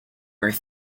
when